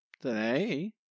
today